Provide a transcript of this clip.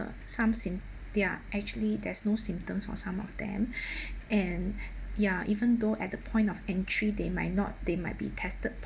some symp~ there are actually there's no symptoms for some of them and ya even though at the point of entry they might not they might be tested